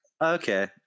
okay